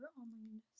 online